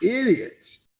idiots